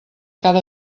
cada